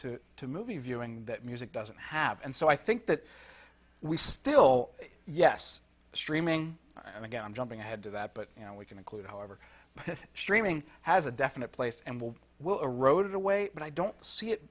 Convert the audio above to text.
to to movie viewing that music doesn't have and so i think that we still yes streaming and again i'm jumping ahead to that but you know we can include however this streaming has a definite place and will will erode away but i don't see it